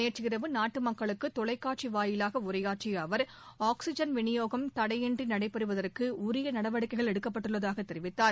நேற்றிரவு நாட்டு மக்களுக்கு தொலைக்காட்சி வாயிவாக உரையாற்றிய அவர் ஆக்ஸிஜன் விநியோகம் தடையின்றி நடைபெறுவதற்கு உரிய நடவடிக்கைகள் எடுக்கப்பட்டுள்ளதாக தெரிவித்தார்